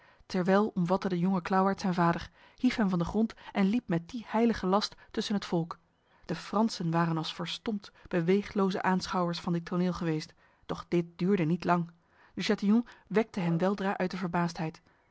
terwijl omvatte de jonge klauwaard zijn vader hief hem van de grond en liep met die heilige last tussen het volk de fransen waren als verstomd beweegloze aanschouwers van dit toneel geweest doch dit duurde niet lang de chatillon wekte hen weldra uit de